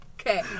okay